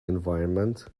environment